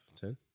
ten